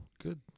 good